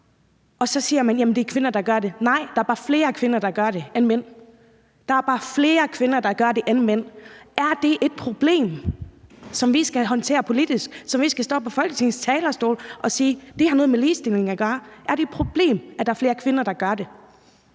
der er bare flere kvinder, der gør det, end mænd – der er bare flere kvinder, der gør det, end mænd. Er det et problem, som vi skal håndtere politisk, og som vi skal stå på Folketingets talerstol og sige har noget med ligestilling at gøre? Er det et problem, at der er flere kvinder, der gør det?